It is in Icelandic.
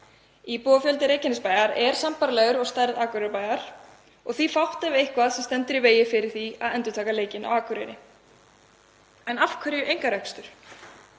Íbúafjöldi Reykjanesbæjar er sambærilegur og stærð Akureyrarbæjar og því fátt ef eitthvað sem stendur í vegi fyrir því að endurtaka leikinn á Akureyri. En af hverju einkarekstur?